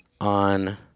On